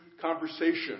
conversation